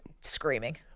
screaming